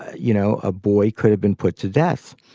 you know, a boy could have been put to death.